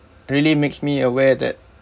really makes me aware that